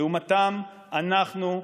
לעומתם אנחנו,